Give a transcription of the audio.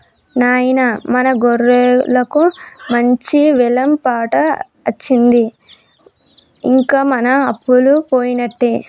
నాయిన మన గొర్రెలకు మంచి వెలం పాట అచ్చింది ఇంక మన అప్పలు పోయినట్టే